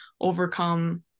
overcome